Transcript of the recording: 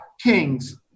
king's